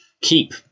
keep